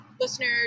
listeners